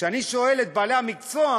כשאני שואל את בעלי המקצוע,